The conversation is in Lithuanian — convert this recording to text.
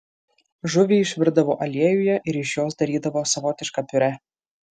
žuvį išvirdavo aliejuje ir iš jos darydavo savotišką piurė